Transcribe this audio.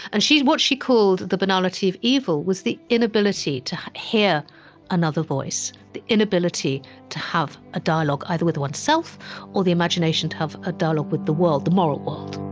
and what she called the banality of evil was the inability to hear another voice, the inability to have a dialogue either with oneself or the imagination to have a dialogue with the world, the moral world